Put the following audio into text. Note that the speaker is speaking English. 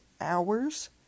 hours